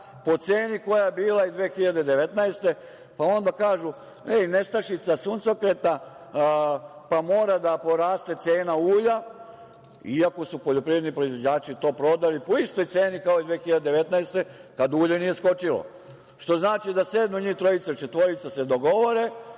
cena koja je bila 2019. godine, pa onda kažu – nestašica suncokreta, pa mora da poraste cena ulja, iako su poljoprivredni proizvođači to prodali po istoj ceni kao i 2019. godine kada ulje nije skočilo. To znači da sednu njih trojica, četvorica i dogovore